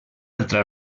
altra